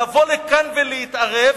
לבוא לכאן ולהתערב.